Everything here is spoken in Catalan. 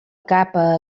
capa